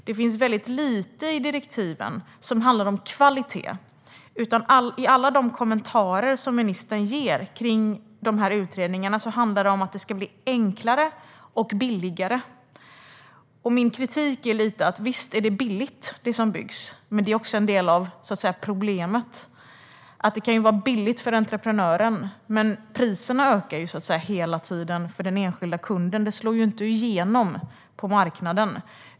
Det finns väldigt lite i direktiven som handlar om kvalitet, utan det handlar om att det ska bli enklare och billigare. Och visst är det billigt, det som byggs, men det är också en del av problemet. Det kan vara billigt för entreprenören, men priserna ökar ju hela tiden för den enskilde kunden. Det slår inte igenom på marknaden.